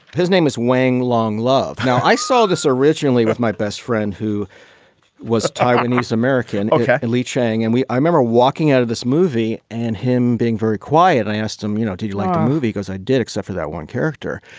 his name is wang long love now, i saw this originally with my best friend who was taiwanese-american and lee chang. and we i remember walking out of this movie and him being very quiet. i asked him, you know, do you like the movie? because i did, except for that one character.